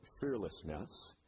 fearlessness